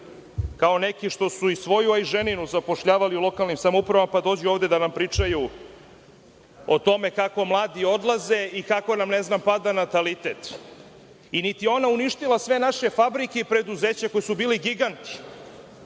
kao neki što su i svoju, a i ženinu zapošljavali u lokalnim samoupravama, pa dođu ovde da nam pričaju o tome kako mladi odlaze i kako nam, ne znam, pada natalitet. I niti je ona uništila sve naše fabrike i preduzeća koja su bili giganti,